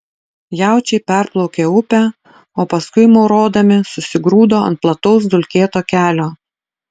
jaučiai perplaukė upę o paskui maurodami susigrūdo ant plataus dulkėto kelio